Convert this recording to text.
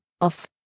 Off